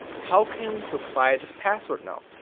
how can we supply this password now?